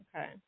Okay